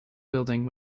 building